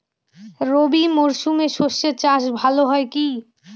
রবি মরশুমে সর্ষে চাস ভালো হয় কি?